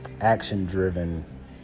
action-driven